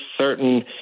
certain